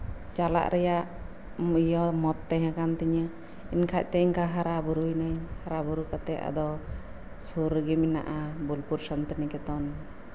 ᱪᱟᱞᱟᱜ ᱨᱮᱭᱟᱜ ᱤᱧᱟᱹᱜ ᱦᱚᱸ ᱢᱚᱛ ᱛᱟᱸᱦᱮ ᱠᱟᱱ ᱛᱤᱧᱟᱹ ᱮᱱᱠᱷᱟᱡ ᱦᱟᱨᱟ ᱵᱩᱨᱩᱭᱮᱱᱟᱧ ᱦᱟᱨᱟ ᱵᱩᱨᱩ ᱠᱟᱛᱮᱜ ᱫᱚ ᱥᱩᱨ ᱨᱮᱜᱮ ᱢᱮᱱᱟᱜᱼᱟ ᱵᱳᱞᱯᱩᱨ ᱥᱟᱱᱛᱤᱱᱤᱠᱮᱛᱚᱱ